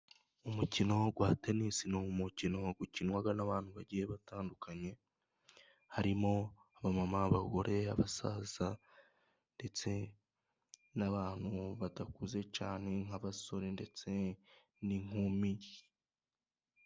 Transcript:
Umukino wa tenisi ni umukino ukinwa n'abantu bagiye batandukanye harimo abamama, abagore, abasaza ndetse n'abantu badakuze cyane nk'abasore ndetse n'inkumi.